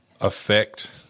affect